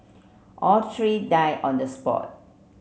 all three die on the spot